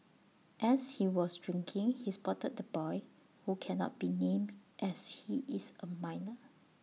as he was drinking he spotted the boy who cannot be named as he is A minor